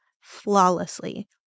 flawlessly